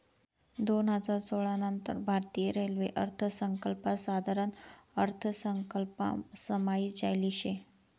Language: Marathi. दोन हजार सोळा नंतर भारतीय रेल्वे अर्थसंकल्प साधारण अर्थसंकल्पमा समायी जायेल शे